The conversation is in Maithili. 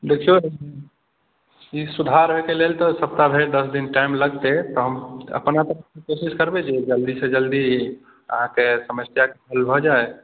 देखियौ ई सुधार होइके लेल तऽ सप्ताह भरि दस दिन टाइम लगतै तऽ हम अपना तरफसँ कोशिश करबै जे जल्दीसँ जल्दी अहाँके समस्याके हल भऽ जाए